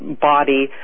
body